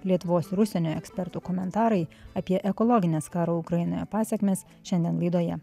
lietuvos ir užsienio ekspertų komentarai apie ekologines karo ukrainoje pasekmes šiandien laidoje